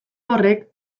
horrek